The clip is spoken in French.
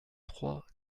trois